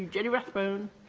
jenny rathbone